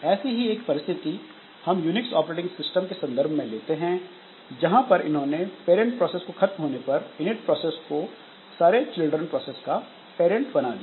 ऐसी ही एक परिस्थिति हम यूनिक्स ऑपरेटिंग सिस्टम के संदर्भ में लेते हैं जहां पर इन्होंने पैरेंट प्रोसेस के खत्म होने पर इनिट प्रोसेस को सारे चिल्ड्रन प्रोसेस का पैरंट बना दिया